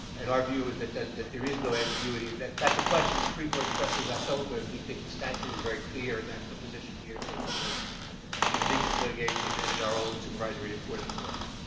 and our view is that that that there is no ambiguity, and that that's a question the supreme court expressly left open. we think the statute is very clear, and that's the position we are taking, both in amicus litigation and in our own supervisory enforcement work.